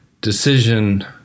decision